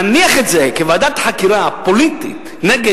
להניח את זה כוועדת חקירה פוליטית נגד